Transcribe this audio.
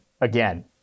again